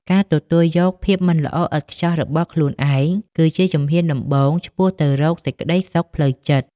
ការទទួលយកភាពមិនល្អឥតខ្ចោះរបស់ខ្លួនឯង គឺជាជំហានដំបូងឆ្ពោះទៅរកសេចក្ដីសុខផ្លូវចិត្ត។